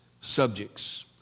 subjects